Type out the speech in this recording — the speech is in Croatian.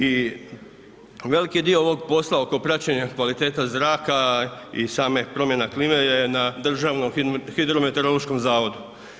I veliki dio ovog posla oko praćenja kvalitete zraka i same promjene klime je na Državnom hidrometeorološkom zavodu.